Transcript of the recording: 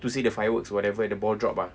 to see the fireworks whatever the ball drop ah